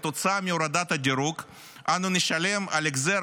כתוצאה מהורדת הדירוג אנו נשלם על החזר